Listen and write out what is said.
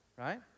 right